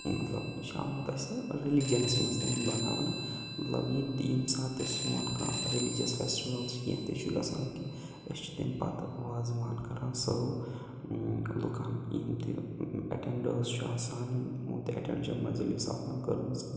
مطلب یہِ چھُ آمُت اَسہِ ریٚلِجَنَس منٛز تہِ وۄنۍ بَناونہٕ مطلب یہِ تہِ ییٚمہِ ساتہٕ تہِ سون کانٛہہ ریٚلِجَس فٮ۪سٹِوَل چھِ کیٚنٛہہ تہِ چھُ گژھان کہِ أسۍ چھِ تَمہِ پَتہٕ وازوان کَران سٔرٕو لُکَن یِم تہِ اٮ۪ٹٮ۪نٛڈٲرٕس چھُ آسان یِم یِمو تہِ اٮ۪ٹٮ۪نٛڈ چھےٚ مجلس آسان کٔرمٕژ